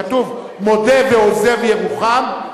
כתוב: "מודה ועוזב ירוחם",